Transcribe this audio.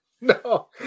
no